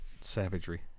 savagery